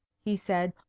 he said.